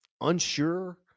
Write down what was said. unsure